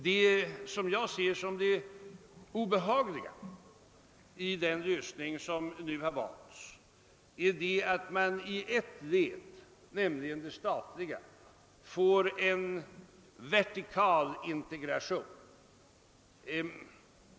Det som jag ser som det obehagliga i den lösning som nu har valts är att man i ett led, nämligen det statliga, får en vertikal integration.